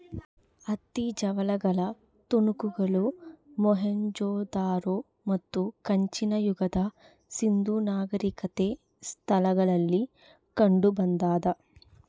ಹತ್ತಿ ಜವಳಿಗಳ ತುಣುಕುಗಳು ಮೊಹೆಂಜೊದಾರೋ ಮತ್ತು ಕಂಚಿನ ಯುಗದ ಸಿಂಧೂ ನಾಗರಿಕತೆ ಸ್ಥಳಗಳಲ್ಲಿ ಕಂಡುಬಂದಾದ